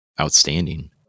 outstanding